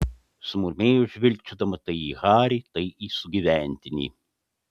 sumurmėjo žvilgčiodama tai į harį tai į sugyventinį